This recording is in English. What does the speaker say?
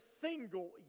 single